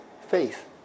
faith